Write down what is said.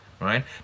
right